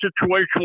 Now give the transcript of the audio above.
situation